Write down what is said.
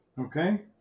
Okay